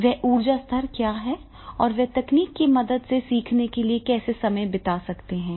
वह ऊर्जा स्तर क्या है और वे तकनीक की मदद से सीखने के लिए कैसे समय बिता सकते हैं